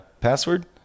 password